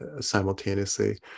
simultaneously